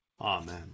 Amen